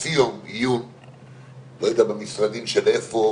נדון על שני סעיפים,